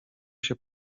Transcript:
się